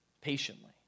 patiently